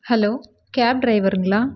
hello cab ட்ரைவருங்களா